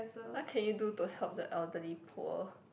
what can you do to help the elderly poor